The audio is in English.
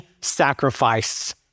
sacrifice